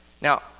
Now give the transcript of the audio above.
Now